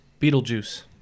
Beetlejuice